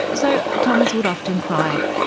so tomas would often cry.